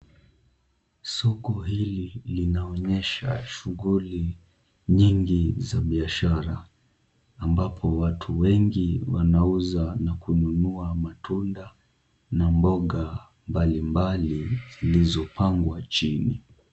Soko hili linaonyesha shughuli nyingi za biashara ambapo watu wengi wanauza na kununua matunda na mboga mbali mbali zilizopangwa chini.